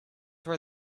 were